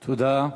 תודה,